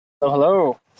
hello